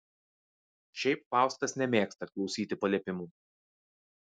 šiaip faustas nemėgsta klausyti paliepimų